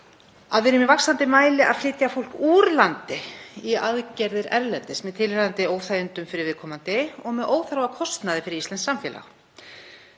við erum í vaxandi mæli að flytja fólk úr landi í aðgerðir erlendis með tilheyrandi óþægindum fyrir viðkomandi og með óþarfakostnaði fyrir íslenskt samfélag.